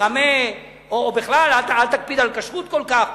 תרמה או בכלל אל תקפיד על כשרות כל כך.